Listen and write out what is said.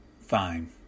fine